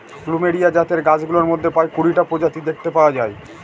plumeria জাতের গাছগুলোর মধ্যে প্রায় কুড়িটা প্রজাতি দেখতে পাওয়া যায়